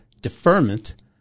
deferment